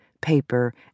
paper